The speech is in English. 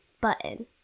Button